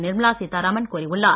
நிர்மலா சீத்தாராமன் கூறியுள்ளார்